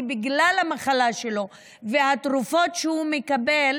כי בגלל המחלה שלו והתרופות שהוא מקבל